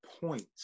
points